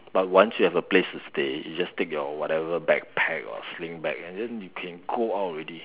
but once you have a place to stay you just take your whatever backpack or sling bag and then you can go out already